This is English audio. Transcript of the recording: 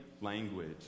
language